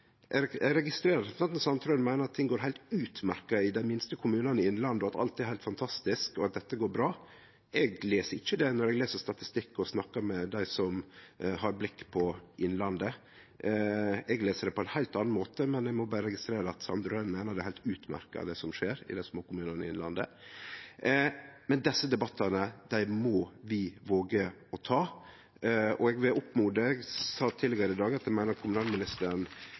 Eg registrerer at representanten Per Martin Sandtrøen meiner at ting går heilt utmerkt i dei minste kommunane i Innlandet, at alt er heilt fantastisk, og at dette går bra. Eg les ikkje det når eg les statistikk og snakkar med dei som har blikket på Innlandet. Eg les det på ein heilt annan måte, men eg må berre registrere at Sandtrøen meiner det som skjer i dei små kommunane i Innlandet, er heilt utmerkt. Men desse debattane må vi våge å ta. Eg sa tidlegare i dag at eg